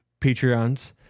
patreons